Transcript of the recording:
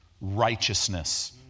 righteousness